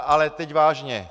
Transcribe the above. Ale teď vážně.